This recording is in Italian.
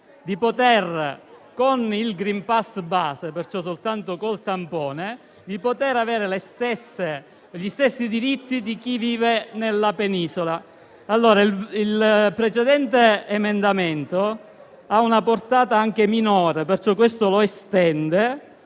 di avere, con il *green pass* base, quindi soltanto con il tampone, gli stessi diritti di chi vive nella Penisola. Il precedente emendamento ha una portata anche minore, perché questo estende